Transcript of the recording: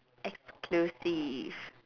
exclusive